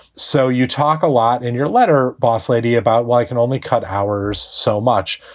so you talk a lot in your letter. boss lady, about why i can only cut hours so much.